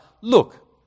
look